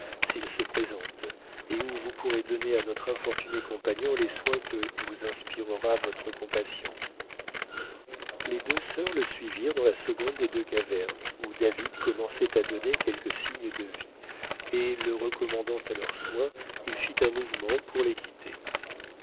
s'ils se présentent et où vous pourrez donner à notre infortuné compagnon les soins que vous inspirera votre compassion les deux sœurs le suivirent dans la seconde des deux cavernes où david commençait à donner quelques signes de vie et le recommandant à leurs soins il fit un mouvement pour les quitter